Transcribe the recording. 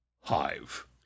hive